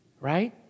right